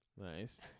Nice